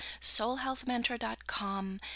soulhealthmentor.com